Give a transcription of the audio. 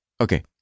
Okay